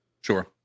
Sure